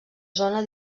zona